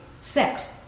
sex